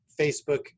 facebook